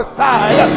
side